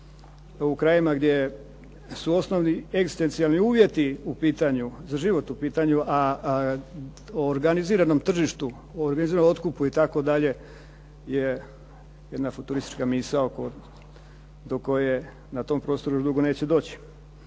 u krajevima gdje su osnovni egzistencijalni uvjeti u pitanju, za život u pitanju, a o organiziranom tržištu i organiziranom otkupu itd. je jedna futuristička misao do koje na tom prostoru još neće dugo doći.